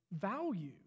value